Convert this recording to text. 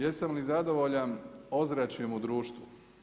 Jesam li zadovoljan ozračjem u društvu?